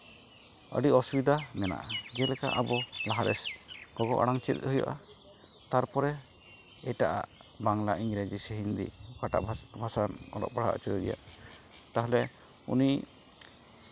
ᱟᱹᱰᱤ ᱚᱥᱩᱵᱤᱫᱷᱟ ᱢᱮᱱᱟᱜᱼᱟ ᱡᱮᱞᱮᱠᱟ ᱟᱵᱚ ᱞᱟᱦᱟᱨᱮ ᱜᱚᱜᱚ ᱟᱲᱟᱝ ᱪᱮᱫ ᱦᱩᱭᱩᱜᱼᱟ ᱛᱟᱨᱯᱚᱨᱮ ᱮᱴᱟᱜ ᱟᱜ ᱵᱟᱝᱢᱟ ᱤᱝᱨᱮᱡᱤ ᱥᱮ ᱦᱤᱱᱫᱤ ᱚᱠᱟᱴᱟᱜ ᱵᱷᱟᱥᱟ ᱚᱞᱚᱜ ᱯᱟᱲᱦᱟᱣ ᱦᱚᱪᱚᱭᱮᱭᱟ ᱛᱟᱦᱚᱞᱮ ᱩᱱᱤ